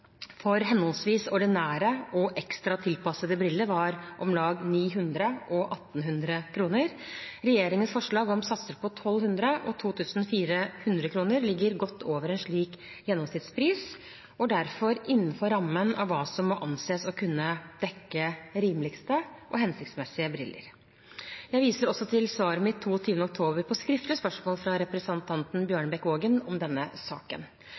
for henholdsvis ordinære og ekstra tilpassede briller var om lag 900 og 1 800 kr. Regjeringens forslag om satser på 1 200 og 2 400 kr ligger godt over en slik gjennomsnittspris og er derfor innenfor rammen av hva som må anses å kunne dekke rimelige, hensiktsmessige briller. Jeg viser også til svaret mitt 22. oktober på skriftlig spørsmål fra representanten Bjørnebekk-Waagen om denne saken.